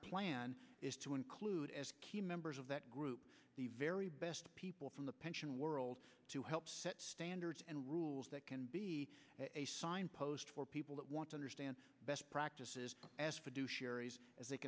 plan is to include key members of that group the very best people from the pension world to help set standards and rules that can be a signpost for people that want to understand best